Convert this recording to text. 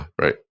right